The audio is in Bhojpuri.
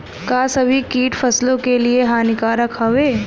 का सभी कीट फसलों के लिए हानिकारक हवें?